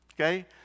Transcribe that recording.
okay